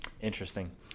Interesting